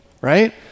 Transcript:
right